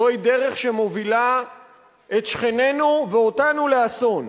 זוהי דרך שמובילה את שכנינו ואותנו לאסון.